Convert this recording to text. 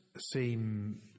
seem